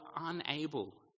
unable